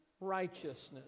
righteousness